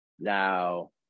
Now